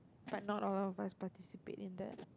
but not all must participate in that